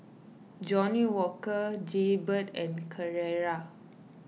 Johnnie Walker Jaybird and Carrera